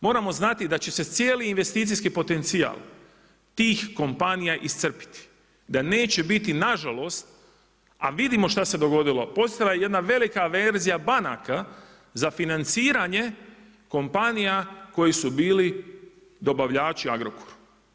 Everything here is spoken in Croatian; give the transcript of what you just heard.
Moramo znati da će se cijeli investicijski potencijal tih kompanija iscrpiti, da neće biti nažalost a vidimo šta se dogodilo, postojala je jedna velika averzija banaka za financiranje kompanija koje su bile dobavljači Agrokoru.